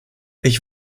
ich